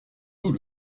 nous